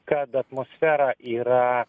kad atmosfera yra